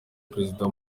perezida